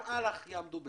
גם אל"ח יעמדו בזה.